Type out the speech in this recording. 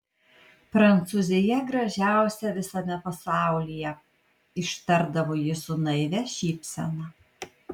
prancūzija gražiausia visame pasaulyje ištardavo ji su naivia šypsena